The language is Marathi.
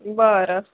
बरं